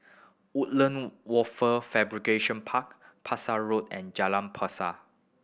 Woodland Wafer Fabrication Park Pasak Road and Jalan Pasa